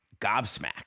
gobsmacked